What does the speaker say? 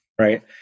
right